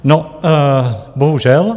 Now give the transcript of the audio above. No bohužel.